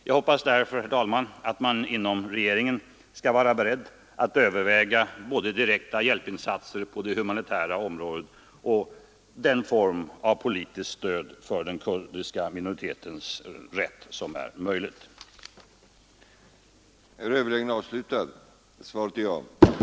Jag hoppas därför, herr talman, att man inom regeringen skall vara beredd att överväga både direkta hjälpinsatser på det Nr 95 humanitära området och den form av politiskt stöd för den kurdiska Torsdagen den minoritetens rätt som är möjlig. 30 maj 1974